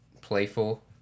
playful